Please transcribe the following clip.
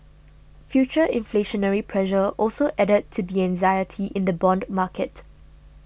future inflationary pressure also added to the anxiety in the bond market